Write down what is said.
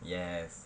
yes